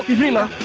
dreama